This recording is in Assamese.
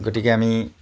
গতিকে আমি